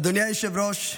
אדוני היושב-ראש,